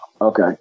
Okay